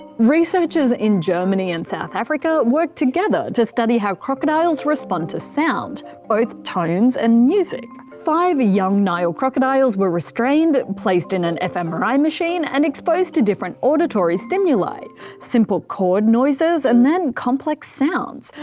researchers in germany and south africa worked together to study how crocodiles respond to sound both tones and music. five young nile crocodiles were restrained, placed in an fmri machine and exposed to different auditory stimuli simple chord noises and then complex sounds,